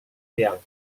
siang